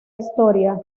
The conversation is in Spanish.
historia